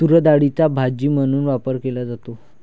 तूरडाळीचा भाजी म्हणून वापर केला जातो